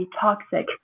toxic